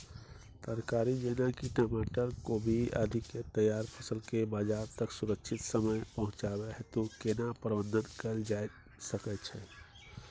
तरकारी जेना की टमाटर, कोबी आदि के तैयार फसल के बाजार तक सुरक्षित समय पहुँचाबै हेतु केना प्रबंधन कैल जा सकै छै?